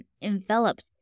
envelops